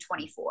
24